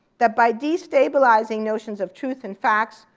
that by de-stabilising notions of truth and facts,